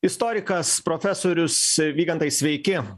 istorikas profesorius vygantai sveiki